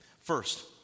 First